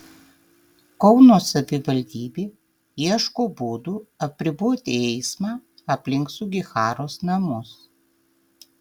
kauno savivaldybė ieško būdų apriboti eismą aplink sugiharos namus